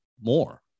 more